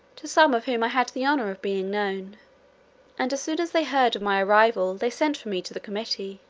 to some of whom i had the honour of being known and, as soon as they heard of my arrival they sent for me to the committee.